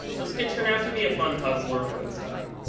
this could turn out to be a fun puzzler when it's done.